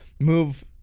move